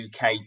UK